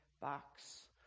box